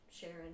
Sharon